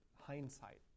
hindsight